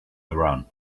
around